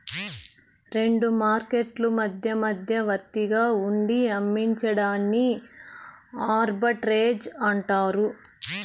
రెండు మార్కెట్లు మధ్య మధ్యవర్తిగా ఉండి అమ్మించడాన్ని ఆర్బిట్రేజ్ అంటారు